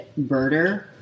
birder